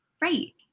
Right